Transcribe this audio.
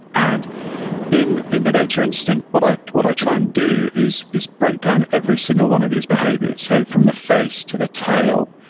and in in the nature instinct, what i what i try and do is is break down every, single one of these behaviors so from the face to the tail,